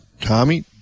tommy